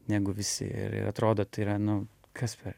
negu visi atrodo tai yra nu kas per